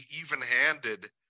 even-handed